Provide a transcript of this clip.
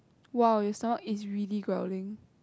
!wow! your stomach is really growling